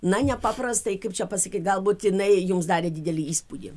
na nepaprastai kaip čia pasakyt galbūt jinai jums darė didelį įspūdį